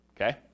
okay